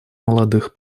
молодых